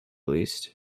least